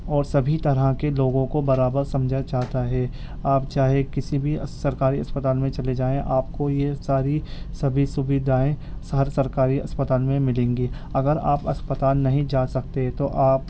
اور سبھی طرح کے لوگوں کو برابر سمجھا جاتا ہے آپ چاہے کسی بھی سرکاری اسپتال میں چلے جائیں آپ کو یہ ساری سھبی سودھائیں ہر سرکاری اسپتال میں ملیں گی اگر آپ اسپتال نہیں جا سکتے تو آپ